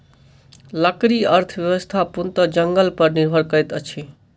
लकड़ी अर्थव्यवस्था पूर्णतः जंगल पर निर्भर करैत अछि